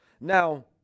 now